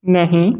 नहीं